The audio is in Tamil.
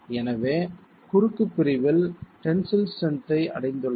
எனவே குறுக்கு பிரிவில் டென்சில் ஸ்ட்ரென்த் ஐ அடைந்துள்ளது